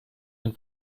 den